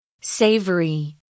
Savory